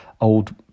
old